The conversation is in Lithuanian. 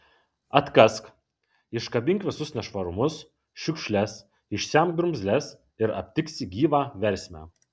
atkask iškabink visus nešvarumus šiukšles išsemk drumzles ir aptiksi gyvą versmę